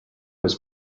was